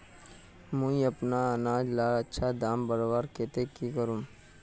मुई अपना अनाज लार अच्छा दाम बढ़वार केते की करूम?